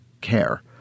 care